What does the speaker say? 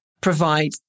provide